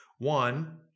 One